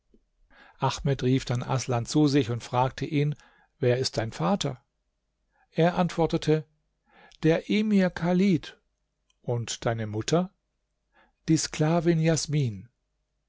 ahmed rief dann aßlan zu sich und fragte ihn wer ist dein vater er antwortete der emir chalid und deine mutter die sklavin jagmin